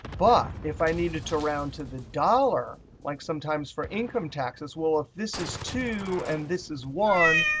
but if i needed to round to the dollar like sometimes for income taxes well, if this is two and this is one,